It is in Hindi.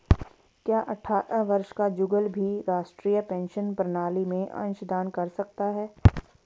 क्या अट्ठारह वर्ष का जुगल भी राष्ट्रीय पेंशन प्रणाली में अंशदान कर सकता है?